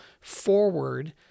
forward